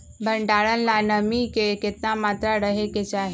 भंडारण ला नामी के केतना मात्रा राहेके चाही?